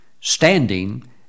standing